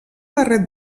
barret